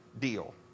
deal